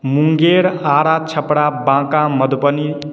Munger Ara Chhapra Banka Madhubani